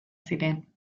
ziren